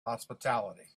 hospitality